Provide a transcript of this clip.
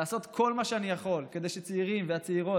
לעשות כל מה שאני יכול כדי שהצעירים והצעירות